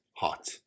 hot